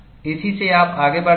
इसी से आप आगे बढ़ते हैं